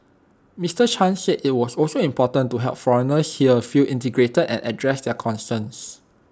Mister chan said IT was also important to help foreigners here feel integrated and address their concerns